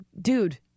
Dude